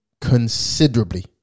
considerably